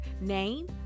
name